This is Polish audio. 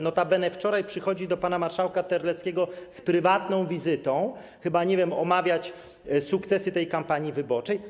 Notabene wczoraj przychodzi do pana marszałka Terleckiego z prywatną wizytą, chyba - nie wiem - omawiać sukcesy tej kampanii wyborczej.